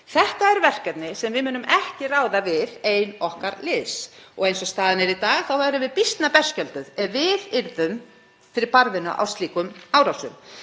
Þetta er verkefni sem við munum ekki ráða við ein okkar liðs og eins og staðan er í dag erum við býsna berskjölduð ef við yrðum fyrir barðinu á slíkum árásum.